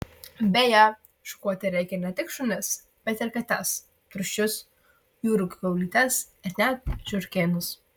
beje šukuoti reikia ne tik šunis bet ir kates triušius jūrų kiaulytes ir net žiurkėnus